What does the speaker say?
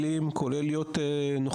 כולל התרגילים, כולל להיות נוכחים.